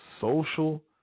social